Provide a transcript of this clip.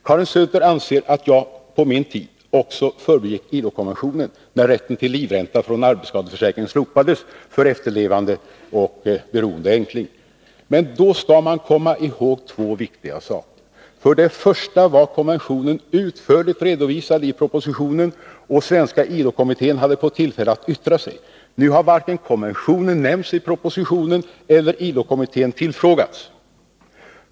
Karin Söder anser att jag på min tid också förbigick ILO-konventionen, när vi slopade rätten till livränta från arbetsskadeförsäkringen för efterlevande och beroende änkling. Men då skall man komma ihåg två viktiga saker. För det första var konventionen utförligt redovisad i propositionen, och den svenska ILO-kommittén hade fått tillfälle att yttra sig. Nu har varken konventionen nämnts i propositionen eller ILO-kommittén tillfrågats.